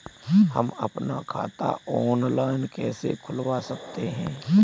हम अपना खाता ऑनलाइन कैसे खुलवा सकते हैं?